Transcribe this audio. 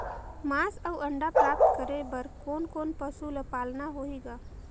मांस अउ अंडा प्राप्त करे बर कोन कोन पशु ल पालना होही ग?